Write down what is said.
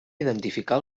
identificar